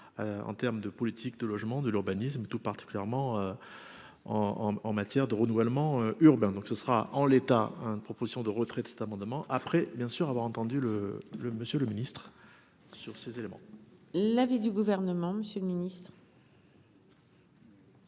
en termes de politique de logement, de l'urbanisme, et tout particulièrement en en matière de renouvellement urbain, donc ce sera, en l'état, une proposition de retrait de cet amendement, après bien sûr avoir entendu le le monsieur le Ministre sur ces éléments. L'avis du gouvernement, Monsieur le Ministre.